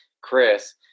Chris –